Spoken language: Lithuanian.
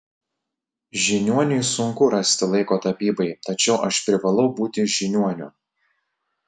žiniuoniui sunku rasti laiko tapybai tačiau aš privalau būti žiniuoniu